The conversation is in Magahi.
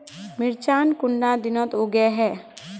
मिर्चान कुंडा दिनोत उगैहे?